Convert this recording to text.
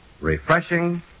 refreshing